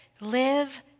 live